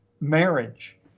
marriage